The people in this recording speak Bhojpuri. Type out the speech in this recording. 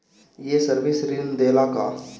ये सर्विस ऋण देला का?